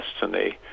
destiny